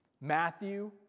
Matthew